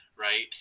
right